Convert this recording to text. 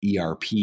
ERP